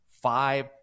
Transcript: five